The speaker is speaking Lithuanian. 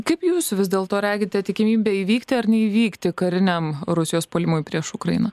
kaip jūs vis dėlto regite tikimybę įvykti ar neįvykti kariniam rusijos puolimui prieš ukrainą